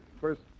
first